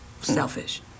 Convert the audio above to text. selfish